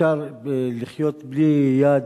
אפשר לחיות בלי יד,